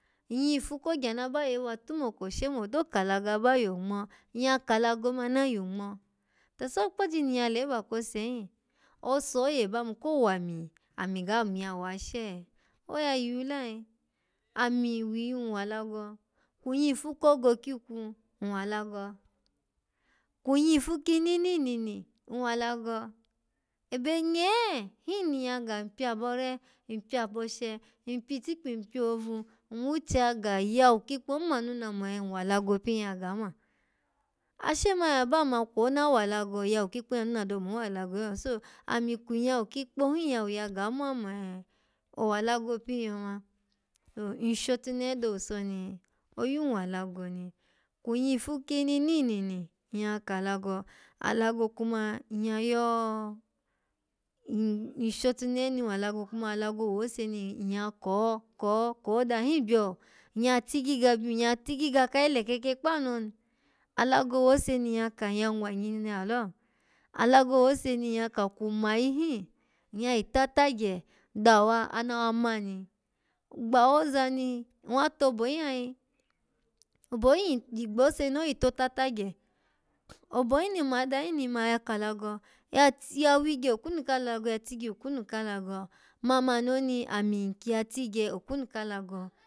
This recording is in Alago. Nyyifu kogya naba yewa tumoko she modo ka alago aba yo ngmo, nyya ka alago ana yin ngmo to so oji ni nyya leba kose hin? Ose oye ba yinu ko wani, ami ga miya washe oya yiwu lo ai ami wiyun wa alago kwin yifu kogo kikwu, nwwa alago kwun yifu kinini inini nwwa alago ebe nye hin ni nyya ga, npya abore, npya boshe, npyitikpi npyohobu, nwwuche ya ga iyawu kikpo hin ma ya nuna mun wa alago pin yaga ma ashe man yaba ma kwo na wa alago, iyawu kikpo hun ya nuna do mo wa alago lo so ami kwun yawu kikpon ya ga, ama mo eh owa alago pin yoma to nshotunehe do owuso no yun wa alago ni kwun yifu kinini inini nyya ka alago alago kuma nyya yo-n-nshotunehe ni nwa alago kuma alago wose ni ya ke ka ko da hin byo nyya tigiga byun ya tigiga kayi lekeke kpanu oni alago wose ni nyya ka nyya nwanyi ni la lo alago wose ni nyya ka kwun mayi hin, nyya yi ta tagye dawa anawa ma ni gbawoza nwwa tobo hin ai, obo hin, ngbose ni oyi tota tagye obo hin ni mada hin ni ma ya ka alago, oya t-ya wigye okunu ka alago, ya tigye okwunu ka alago mamani oni ami kyi ya tigye okunu ka alago.